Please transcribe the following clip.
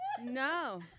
No